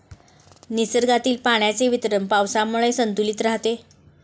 निसर्गातील पाण्याचे वितरण पावसामुळे संतुलित राहते